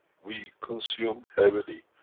we consume heavily,